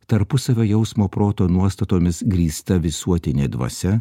tarpusavio jausmo proto nuostatomis grįsta visuotinė dvasia